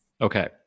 Okay